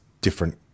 different